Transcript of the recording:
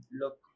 look